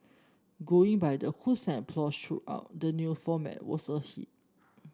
going by the hoots and applause throughout the new format was a hit